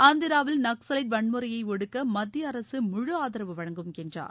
ஆந்திராவில் நக்ஸவைட் வன்முறையை ஒடுக்க மத்திய அரசு முழு ஆதரவு வழங்கும் என்றார்